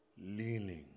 leaning